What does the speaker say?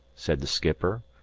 said the skipper.